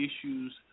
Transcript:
issues